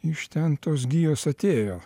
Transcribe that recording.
iš ten tos gijos atėjo